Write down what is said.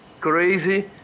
crazy